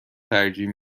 ترجیح